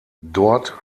dort